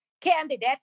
candidate